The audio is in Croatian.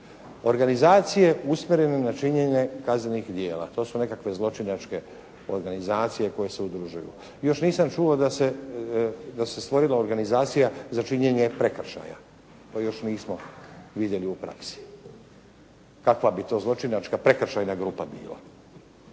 Organizacije usmjerene na činjenje kaznenih djela. To su nekakve zločinačke organizacije koje se udružuju. Još nisam čuo da se, da se stvorila organizacija za činjenje prekršaja. To još nismo vidjeli u praksi. Kakva bi to zločinačka prekršajna grupa bila?